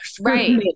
Right